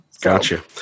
gotcha